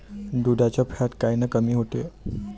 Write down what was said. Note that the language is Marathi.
दुधाचं फॅट कायनं कमी होते?